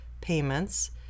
payments